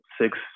six